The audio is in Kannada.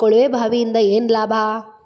ಕೊಳವೆ ಬಾವಿಯಿಂದ ಏನ್ ಲಾಭಾ?